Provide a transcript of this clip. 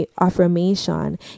affirmation